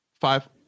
five